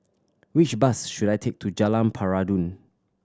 which bus should I take to Jalan Peradun